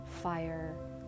fire